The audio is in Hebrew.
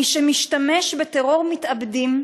מי שמשתמש בטרור מתאבדים,